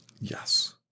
Yes